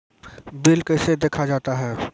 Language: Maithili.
बिल कैसे देखा जाता हैं?